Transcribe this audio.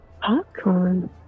Popcorn